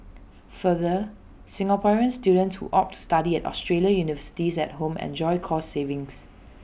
further Singaporean students who opt to study at Australian universities at home enjoy cost savings